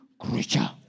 creature